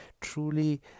truly